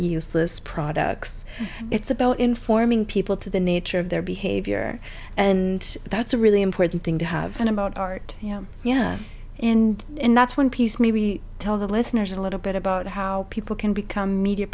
useless products it's about informing people to the nature of their behavior and that's a really important thing to have and about art yeah and that's one piece maybe tell the listeners a little bit about how people can become media